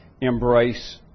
embrace